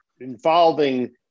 involving